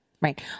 right